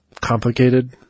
complicated